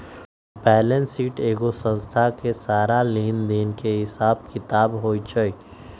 balance sheet एगो संस्था के सारा लेन देन के हिसाब किताब होई छई